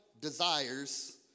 desires